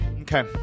okay